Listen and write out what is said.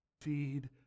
Feed